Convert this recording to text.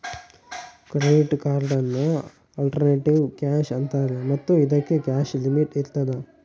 credit ಕಾರ್ಡನ್ನು alternative cash ಅಂತಾರೆ ಮತ್ತು ಇದಕ್ಕೆ ಕ್ಯಾಶ್ ಲಿಮಿಟ್ ಇರ್ತದ